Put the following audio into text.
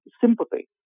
sympathy